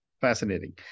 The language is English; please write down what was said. Fascinating